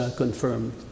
confirmed